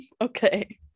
Okay